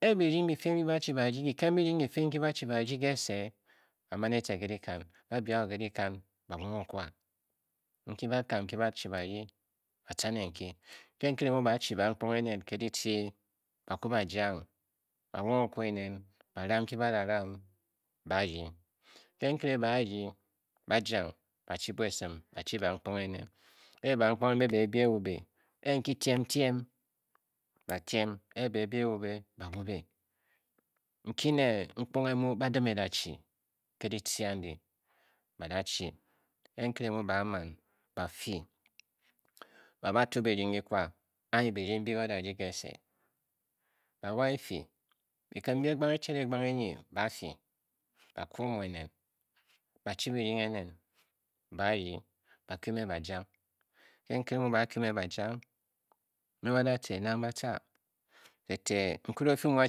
E-e birdying bi, fiimbi ba chi ba rdyi, kiken birdying ki fiinki ba chi ba rdyi ke se e, ba man e tce ke dikan, ba bii akwu ke dikan ba wunghe okwa nki ba kan nki ba chi ba rdyi ba tca nr nki, ke nkere mu ba chi bankponghe ene ke ditce, bakwu ba jyang, ba ram nki ba da ram ba a rdyi ke nkere ba a-rdyi ba jyang, ba chi bua esin ba chi bankponghe enen, e e bankponghe mbe tiem tiem ba tiem e e be bia ewube, ba wube nki ne nkponghe mu ba dim e da dii ke ditce andi, ba da cbi ke nkere mu baaman ba fyi ba da tyu birdying kikwa anyi birding mbi ba da rdyi ke se, ba wa e fyi bukum mbi egba e chad egbang enyi baa fyi ba koo omu enen ba chi birdying enen baa rdyi ba kyu mme ba jang, ke nkere mu ba kyi mme ba jang, mbe ba da tca eneng ba-tca te te e nkere o fyi mu ba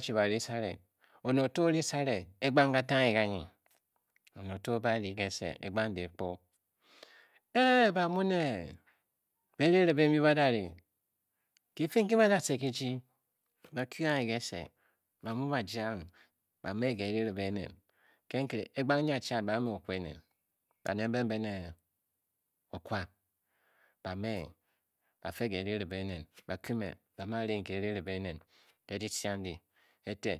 chi ba ryi sare oned oto o ryi sare egbang kata ghrganyi, oned oto o ba a ri kese egbang dehkpo e e ba mu ne be-er ribe mbi ba da ri ki fi nki ba da tcr kijii ba kyi anyi ke se ba mu ba jang me be-er ribe enen ke ke bgbang-nyiachad ba a me okwa enen baned mbe be e ne okwa ba mě ba fe ke-e riribe enen ba kyu mme ba mu a rying ke-eriri be enen ke ditce andi te te.